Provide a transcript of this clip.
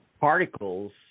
particles